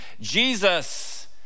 Jesus